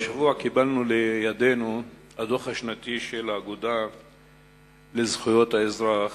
השבוע קיבלנו לידינו את הדוח השנתי של האגודה לזכויות האזרח,